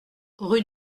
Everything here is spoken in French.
rue